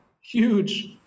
huge